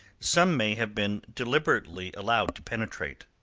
some may have been deliberately allowed to penetrate.